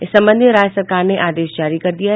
इस संबंध में राज्य सरकार ने आदेश जारी कर दिया है